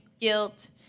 guilt